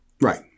Right